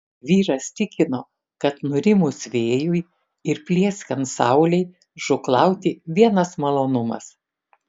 vyras tikino kad nurimus vėjui ir plieskiant saulei žūklauti vienas malonumas